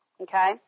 okay